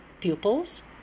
pupils